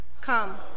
Come